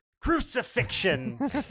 crucifixion